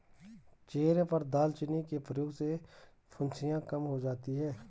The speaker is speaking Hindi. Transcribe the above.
चेहरे पर दालचीनी के प्रयोग से फुंसियाँ कम हो जाती हैं